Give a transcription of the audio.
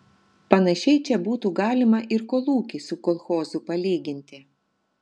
panašiai čia būtų galima ir kolūkį su kolchozu palyginti